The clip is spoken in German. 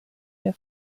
der